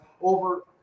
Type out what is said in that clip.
over